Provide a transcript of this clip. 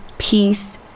peace